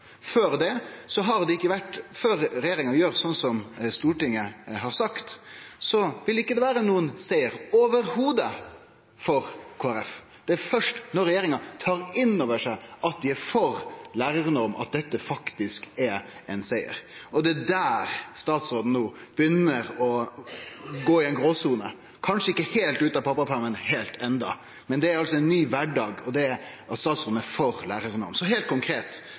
Før regjeringa gjer som Stortinget har sagt, vil det ikkje vere nokon siger for Kristeleg Folkeparti i det heile. Det er først når regjeringa tar innover seg at dei er for lærarnorm, dette faktisk er ein siger. Og det er der statsråden no begynner å gå inn i ei gråsone – kanskje ikkje heilt ute av pappapermen enno, men det er altså ein ny kvardag, der statsråden er for lærarnorm. Heilt konkret: Det er stor lærarmangel i nord, det er mange ledige studieplasser. Kva vil statsråden konkret